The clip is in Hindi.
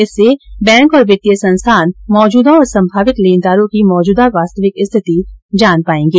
इससे बैंक और वित्तीय संस्थान मौजूदा और संभावित लेनदारों की मौजूदा वास्तविक स्थिति जान पाएंगे